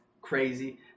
crazy